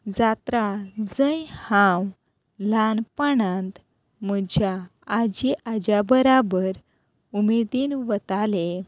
जात्रा जंय हांव ल्हानपणांत म्हज्या आजी आज्या बराबर उमेदीन वताले